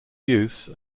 use